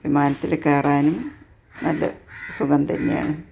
വിമാനത്തിൽ കയറാനും നല്ല സുഖം തന്നെയാണ്